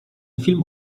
film